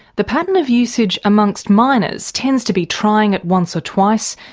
the pattern of usage amongst minors tends to be trying it once or twice,